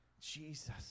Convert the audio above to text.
Jesus